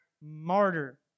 martyr